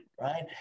right